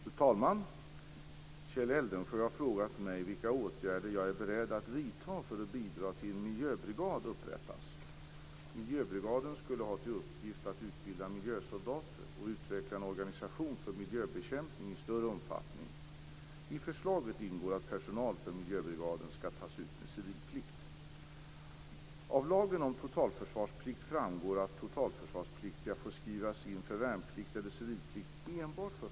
Fru talman! Kjell Eldensjö har frågat mig vilka åtgärder jag är beredd att vidta för att bidra till att en miljöbrigad upprättas. Miljöbrigaden skulle ha till uppgift att utbilda miljösoldater och utveckla en organisation för miljöbekämpning i större omfattning. I förslaget ingår att personal för miljöbrigaden skall tas ut med civilplikt.